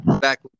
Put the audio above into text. back